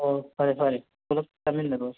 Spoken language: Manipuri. ꯑꯣ ꯐꯔꯦ ꯐꯔꯦ ꯄꯨꯂꯞ ꯆꯠꯃꯤꯟꯅꯔꯣꯁꯤ